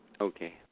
Okay